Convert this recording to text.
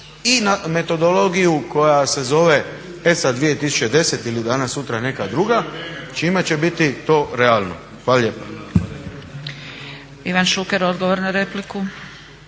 i metodologiju koja se zove ESA 2010. ili danas sutra neka druga čime će biti to realno. Hvala lijepa. **Zgrebec, Dragica